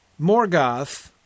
Morgoth